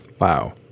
wow